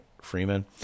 Freeman